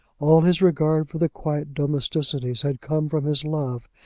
all his regard for the quiet domesticities had come from his love,